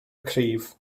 cryf